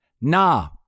Nah